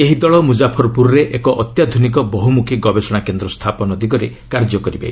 ଏହି ଦଳ ମୁଜାଫର୍ପୁରରେ ଏକ ଅତ୍ୟାଧୁନିକ ବହୁମୁଖୀ ଗବେଷଣା କେନ୍ଦ୍ର ସ୍ଥାପନ ଦିଗରେ କାର୍ଯ୍ୟ କରିବେ